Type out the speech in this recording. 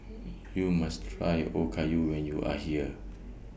YOU must Try Okayu when YOU Are here